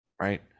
right